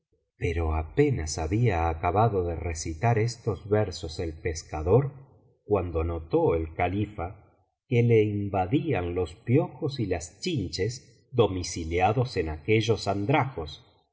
pero apenas había acabado de recitar estos versos el pescador cuando notó el califa que le invadían los piojos y las chinches domiciliados en aquellos andrajos